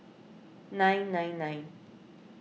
nine nine nine